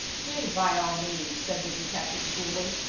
do, by all means, said the detective coolly,